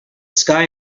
sky